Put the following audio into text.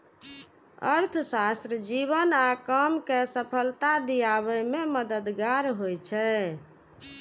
अर्थशास्त्र जीवन आ काम कें सफलता दियाबे मे मददगार होइ छै